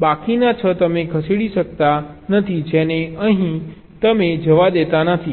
બાકીના 6 તમે ખસેડી શકતા નથી જેને તમે અહીં જવા દેતા નથી